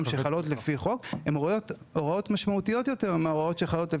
הן הוראות משמעותיות יותר מההוראות שחלות,